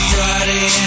Friday